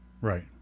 Right